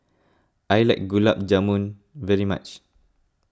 I like Gulab Jamun very much